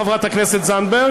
חברת הכנסת זנדברג,